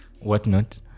whatnot